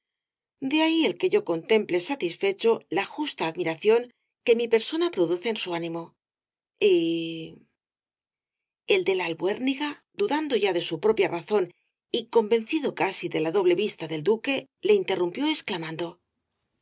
de ahí el que yo contemple satisfecho la justa admiración que mi persona produce en su ánimo y el de la albuérniga dudando ya de su propia razón y convencido casi de la doble vista del duque le interrumpió exclamando